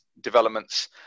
developments